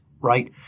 right